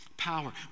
power